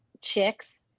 chicks